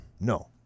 No